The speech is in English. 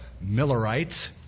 Millerites